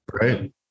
right